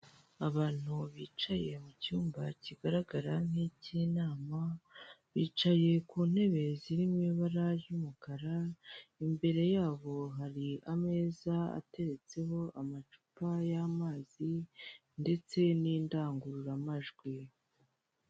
Abantu bicaye mu cyumba kigaragara nk'icy'inama; bicaye ku ntebe ziri mu ibara ry'umukara; imbere yabo hari ameza ateretseho amacupa y'amazi ndetse n'indangururamajwi.